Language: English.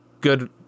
Good